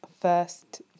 first